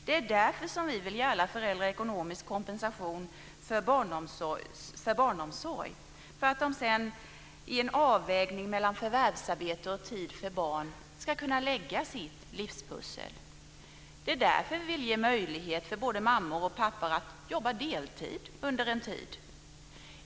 Det är därför vi vill ge alla föräldrar ekonomisk kompensation för barnomsorg, så att de sedan i en avvägning mellan förvärvsarbete och tid för barn ska kunna lägga sitt livspussel. Det är därför vi vill ge möjlighet för både mammor och pappor att jobba deltid under en tid.